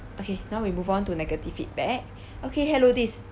okay now we move on to negative feedback okay hello this